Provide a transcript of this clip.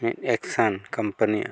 action ᱼᱟᱜ